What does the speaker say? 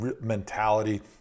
mentality